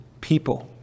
people